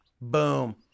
Boom